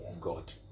God